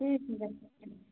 ठीक है रखते हैं